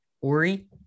Ori